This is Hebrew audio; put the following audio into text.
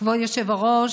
כבוד היושב-ראש,